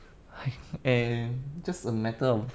um just a matter of